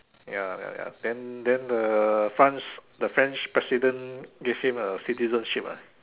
ya ya ya then then the France the French president gave him a citizenship ah